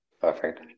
Perfect